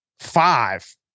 five